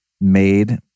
made